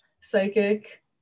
psychic